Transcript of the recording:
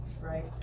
right